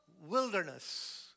wilderness